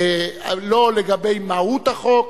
לא לגבי מהות החוק,